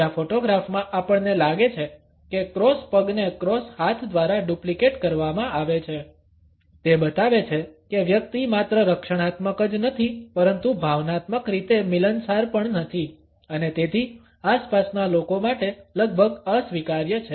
બીજા ફોટોગ્રાફમાં આપણને લાગે છે કે ક્રોસ પગને ક્રોસ હાથ દ્વારા ડુપ્લિકેટ કરવામાં આવે છે તે બતાવે છે કે વ્યક્તિ માત્ર રક્ષણાત્મક જ નથી પરંતુ ભાવનાત્મક રીતે મિલનસાર પણ નથી અને તેથી આસપાસના લોકો માટે લગભગ અસ્વીકાર્ય છે